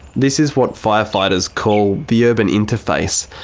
this is what firefighters call the urban interface,